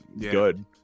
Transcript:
good